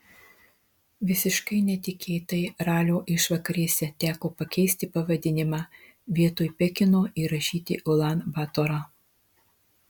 visiškai netikėtai ralio išvakarėse teko pakeisti pavadinimą vietoj pekino įrašyti ulan batorą